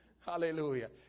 Hallelujah